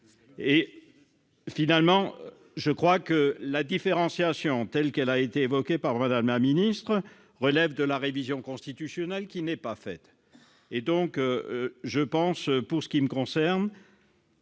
Finalement, je crois que la différenciation telle qu'elle a été évoquée par Mme la ministre relève de la révision constitutionnelle, qui n'est pas faite. Je pense donc également